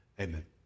amen